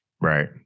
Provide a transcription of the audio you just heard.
Right